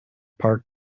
park